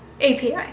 API